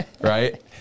right